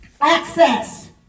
Access